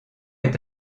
est